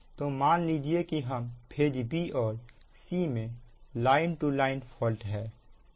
तो मान लीजिए कि हम फेज b और c में लाइन टू लाइन फॉल्ट है